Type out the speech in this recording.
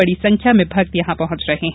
बड़ी संख्या में भक्त यहां पहुंच रहे हैं